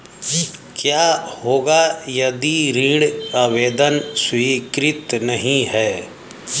क्या होगा यदि ऋण आवेदन स्वीकृत नहीं है?